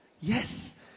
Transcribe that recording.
Yes